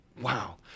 Wow